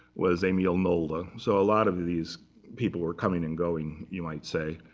was emil molde. so a lot of these people were coming and going, you might say.